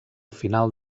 final